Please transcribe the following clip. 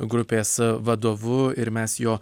grupės vadovu ir mes jo